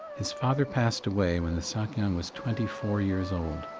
his father passed away when the sakyong was twenty-four years old.